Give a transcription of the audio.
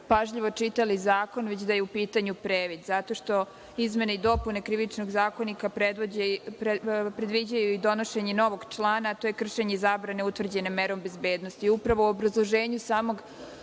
pažljivo čitali zakon, već da je u pitanju previd, zato što izmene i dopune Krivičnog zakonika predviđaju i donošenje novog člana, a to je kršenje i zabrane utvrđene merom bezbednosti. Upravo u obrazloženju samog